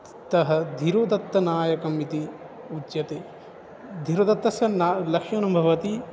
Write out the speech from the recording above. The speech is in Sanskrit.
अतः धिरुदत्तनायकम् इति उच्यते धिरोदत्तस्य न लक्षणं भवति